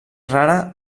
rara